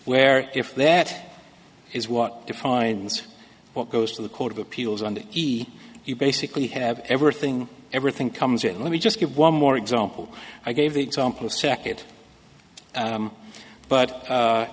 where if that is what defines what goes to the court of appeals and he you basically have everything everything comes in and let me just give one more example i gave the example sec it but